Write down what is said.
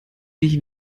dich